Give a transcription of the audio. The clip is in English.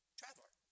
traveler